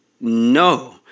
no